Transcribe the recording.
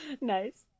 Nice